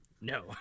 no